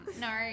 no